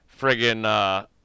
Friggin